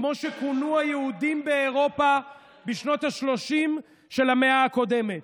כמו שכונו היהודים באירופה בשנות ה-30 של המאה הקודמת?